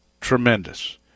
tremendous